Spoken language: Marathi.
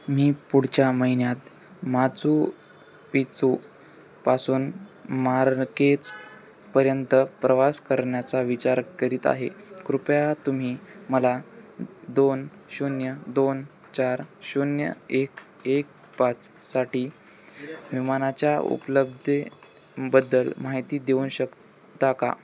मी पुढच्या महिन्यात माचू पिच्चू पासून मार्केज पर्यंत प्रवास करण्याचा विचार करीत आहे कृपया तुम्ही मला दोन शून्य दोन चार शून्य एक एक पाचसाठी विमानाच्या उपलब्धेबद्दल माहिती देऊ शकता का